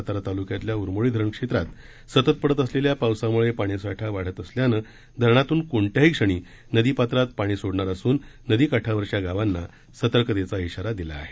सातारा तालुक्यातल्या उरमोडी धरण क्षेत्रात सतत पडत असलेल्या पावसामुळे पाणीसाठा वाढत असल्याने धरणातृन कोणत्याही क्षणी नादीपात्रात पाणी सोडणार असून नदी काठावरच्या गावाना सतर्कतेचा श्राारा दिला आहे